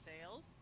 sales